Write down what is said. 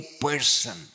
person